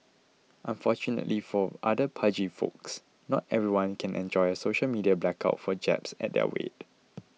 unfortunately for other pudgy folks not everyone can enjoy a social media blackout for jabs at their weight